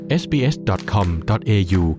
sbs.com.au